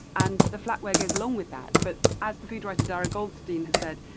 and the flatware goes along with that but as the food writer darra goldstein has said,